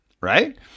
right